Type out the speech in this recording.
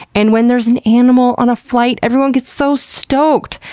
and when there's an animal on a flight, everyone gets so stoked!